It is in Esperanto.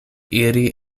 iri